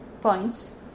points